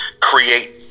create